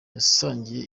yasangiye